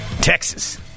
Texas